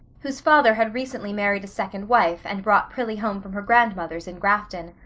whose father had recently married a second wife and brought prillie home from her grandmother's in grafton.